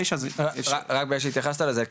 רק בגלל שהתייחסת לזה,